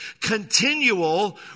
continual